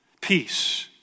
peace